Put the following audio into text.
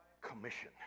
commission